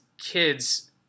kids